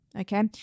okay